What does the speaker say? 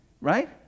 Right